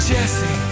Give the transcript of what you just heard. Jesse